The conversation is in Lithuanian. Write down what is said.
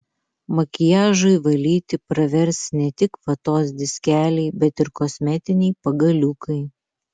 makiažui valyti pravers ne tik vatos diskeliai bet ir kosmetiniai pagaliukai